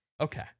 Okay